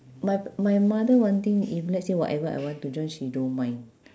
my my mother one thing if let's say whatever I want to join she don't mind